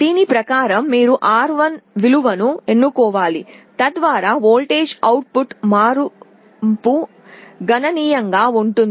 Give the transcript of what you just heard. దీని ప్రకారం మీరు R1 విలువను ఎన్నుకోవాలి తద్వారా వోల్టేజ్ అవుట్ పుట్లో మార్పు గణనీయంగా ఉంటుంది